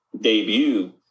debut –